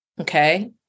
Okay